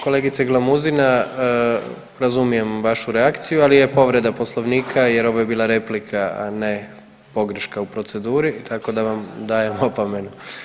Kolegice Glamuzina razumije vašu reakciju, ali je povreda Poslovnika jer ovo je bila replika, a ne pogreška u proceduri tako da vam dajem opomenu.